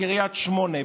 בקריית שמונה,